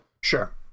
Sure